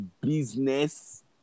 business